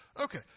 okay